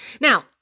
Now